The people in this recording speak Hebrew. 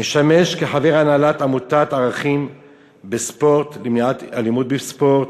משמש כחבר הנהלת עמותת ערכים בספורט למניעת אלימות בספורט,